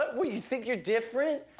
what, do you think you're different?